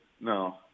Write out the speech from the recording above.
no